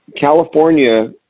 California